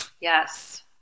Yes